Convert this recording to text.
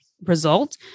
Result